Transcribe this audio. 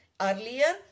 earlier